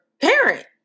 parent